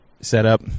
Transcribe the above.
setup